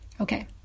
Okay